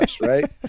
right